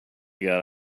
got